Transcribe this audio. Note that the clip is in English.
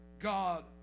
God